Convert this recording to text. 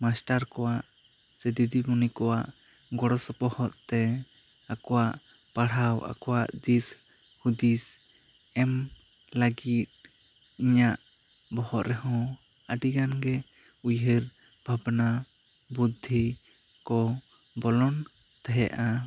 master ᱠᱚᱣᱟᱜ ᱥᱮ ᱫᱤᱫᱤᱢᱩᱱᱤ ᱠᱚᱣᱟᱜ ᱜᱚᱲᱚ ᱥᱚᱯᱚᱦᱚᱫ ᱛᱮ ᱟᱠᱚᱣᱟᱜ ᱯᱟᱲᱦᱟᱣ ᱟᱠᱚᱣᱟᱜ ᱫᱤᱥ ᱦᱩᱫᱤᱥ ᱮᱢ ᱞᱟᱹᱜᱤᱫ ᱤᱧᱟᱹᱜ ᱵᱚᱦᱚᱜ ᱨᱮᱦᱚᱸ ᱟᱹᱰᱤ ᱜᱟᱱ ᱜᱮ ᱩᱭᱦᱟᱹᱨ ᱵᱷᱟᱵᱽᱱᱟ ᱵᱩᱫᱽᱫᱷᱤ ᱠᱚ ᱵᱚᱞᱚᱱ ᱛᱟᱦᱮᱸᱜᱼᱟ